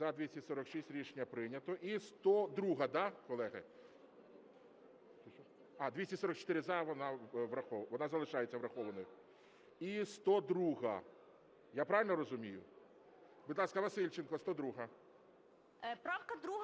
За-244 Рішення прийнято. І 102-а, да, колеги? 244 – за, вона залишається врахованою. І 102-а. Я правильно розумію? Будь ласка, Васильченко, 102-а.